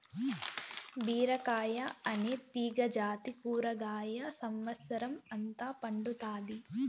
బీరకాయ అనే తీగ జాతి కూరగాయ సమత్సరం అంత పండుతాది